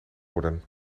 worden